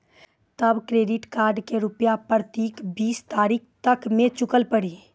तब credit card के रूपिया प्रतीक बीस तारीख तक मे चुकल पड़ी?